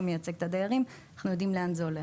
מייצג את הדיירים ואנחנו יודעים לאן זה הולך.